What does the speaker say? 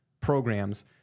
programs